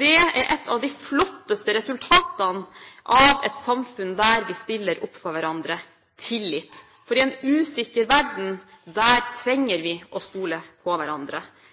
Det er et av de flotteste resultatene i et samfunn der vi stiller opp for hverandre: tillit. I en usikker verden trenger vi å stole på hverandre.